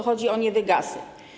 Chodzi o niewygasy.